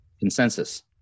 Consensus